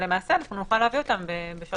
ואנחנו נוכל להביא אותם בשעות הבוקר.